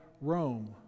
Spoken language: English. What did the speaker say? Rome